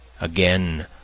Again